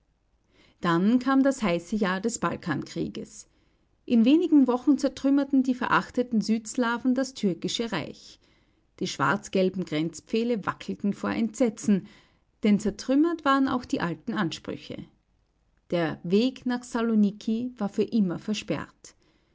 dann kam das heiße jahr des balkankrieges in wenigen wochen zertrümmerten die verachteten südslawen das türkische reich die schwarz-gelben grenzpfähle wackelten vor entsetzen denn zertrümmert waren auch die alten ansprüche der weg nach saloniki war für immer versperrt